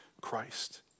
Christ